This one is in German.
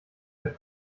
wir